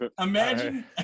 Imagine